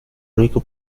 único